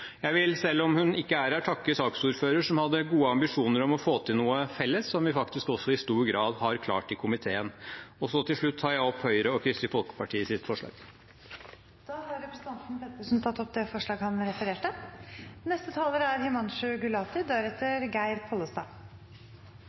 Jeg vil, selv om hun ikke er her, takke saksordføreren, som hadde gode ambisjoner om å få til noe felles, som vi faktisk også i stor grad har klart i komiteen. Til slutt tar jeg opp Høyre og Kristelig Folkepartis forslag. Representanten Tage Pettersen har tatt opp det forslaget han refererte til. Dette er